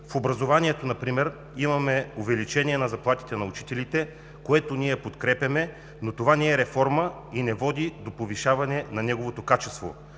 В образованието например имаме увеличение на заплатите на учителите, което ние подкрепяме, но това не е реформа и не води до повишаване на неговото качество.